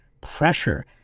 pressure